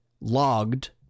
Logged